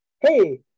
hey